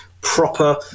proper